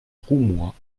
roumois